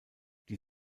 die